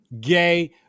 gay